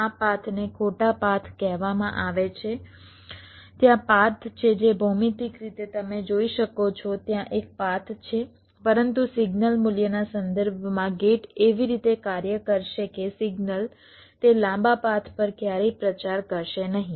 આ પાથને ખોટા પાથ કહેવામાં આવે છે ત્યાં પાથ છે જે ભૌમિતિક રીતે તમે જોઈ શકો છો ત્યાં એક પાથ છે પરંતુ સિગ્નલ મૂલ્યના સંદર્ભમાં ગેટ એવી રીતે કાર્ય કરશે કે સિગ્નલ તે લાંબા પાથ પર ક્યારેય પ્રચાર કરશે નહીં